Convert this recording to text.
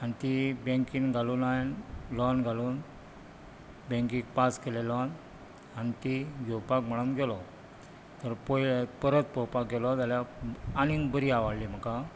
आनी ती बॅंकेंत घालून हांवें लोन घालून बॅंंकीन पास केलो लोन आनी ती घेवपाक म्हणून गेलो तर परत पोवपाक गेलो जाल्यार आनीक बरी आवडली म्हाका